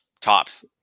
tops